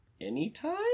anytime